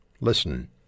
Listen